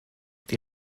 die